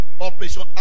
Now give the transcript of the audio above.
Operation